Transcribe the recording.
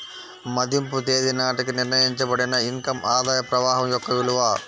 మదింపు తేదీ నాటికి నిర్ణయించబడిన ఇన్ కమ్ ఆదాయ ప్రవాహం యొక్క విలువ